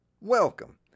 Welcome